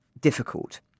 difficult